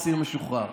אסיר משוחרר.